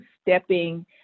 stepping